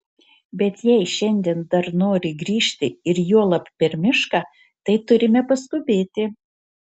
bet jei šiandien dar nori grįžti ir juolab per mišką tai turime paskubėti